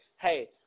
hey